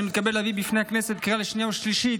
אני מתכבד להביא בפני הכנסת לקריאה שנייה ולקריאה שלישית